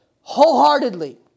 Wholeheartedly